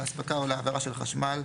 להספקה או להעברה של חשמל,